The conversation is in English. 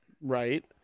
Right